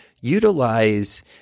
utilize